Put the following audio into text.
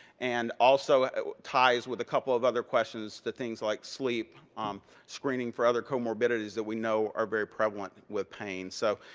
and also, it ties with a couple of other questions. to things like sleep and um screening for other comorbidities, that we know are very prevalent with pain. so,